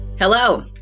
Hello